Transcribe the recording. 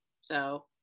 So-